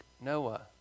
Noah